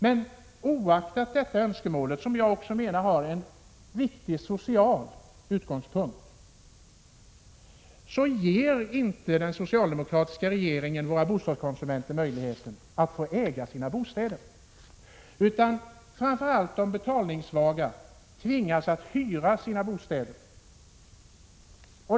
Men oaktat detta önskemål — som jag också menar har en viktig social utgångspunkt — ger inte den socialdemokratiska regeringen våra bostadskonsumenter möjligheten att få äga sina bostäder; framför allt de betalningssvaga tvingas hyra sina bostäder.